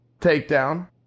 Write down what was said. takedown